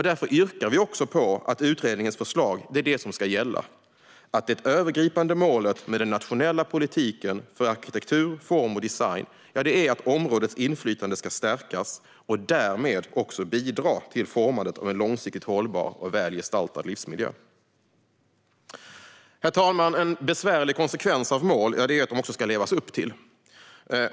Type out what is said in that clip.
Därför yrkar vi också på att utredningens förslag är det som ska gälla - att det övergripande målet med den nationella politiken för arkitektur, form och design är att områdets inflytande ska stärkas och därmed bidra till formandet av en långsiktigt hållbar och väl gestaltad livsmiljö. Herr talman! En besvärlig konsekvens av mål är att de också ska levas upp till.